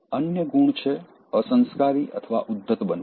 અન્ય ગુણ છે અસંસ્કારી અથવા ઉદ્ધત બનવું